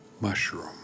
mushroom